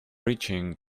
breaching